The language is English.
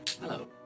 Hello